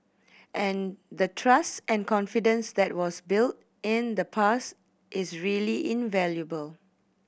and the trust and confidence that was built in the past is really invaluable